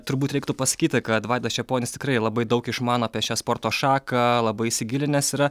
turbūt reiktų pasakyti kad vaidas čeponis tikrai labai daug išmano apie šią sporto šaką labai įsigilinęs yra